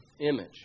image